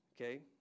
okay